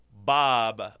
Bob